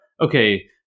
okay